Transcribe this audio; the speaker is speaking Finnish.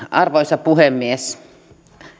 arvoisa puhemies